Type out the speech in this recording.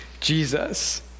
Jesus